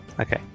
Okay